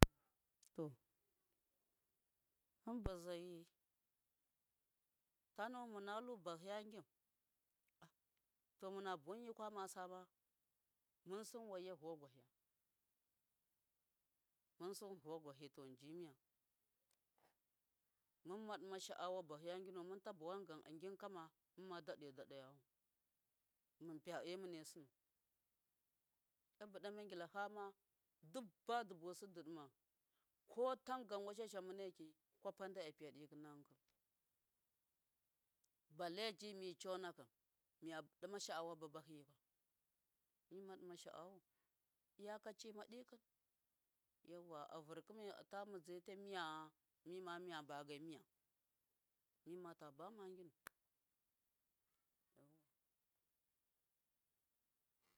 To hamba ze tanu mɨna lu bahiya gin to mɨna buwɨn yɨkwa ma saama mɨn sɨnma wɨya vuwagahɨua, mɨn sɨn ndɨ vuwagwahɨ tuwɨn ji miya mɨnma ɗima sha awa bahiya gimu mɨnta bawan gam agim to mɨna daɗe daɗaya, mɨn piya e mɨne sɨnau a bɨɗa mangila hama du badu busu dɨ ndɨmau ko tangan washa shan mɨneki kwapa ndɨ a piya ɗɨkɨkɨn balleji mi chonakɨn miya dɨna sha awa bahɨ yikwa mɨma dɨma sha awa bahɨ yikwa, iyakacima ikɨm avuwagwahɨ tama a vɨrkɨma ta mɨdze ta miya mima bama nginu.